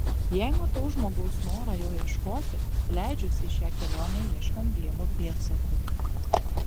jei matau žmogaus norą jo ieškoti leidžiuosi į šią kelionę ieškant dievo pėdsakų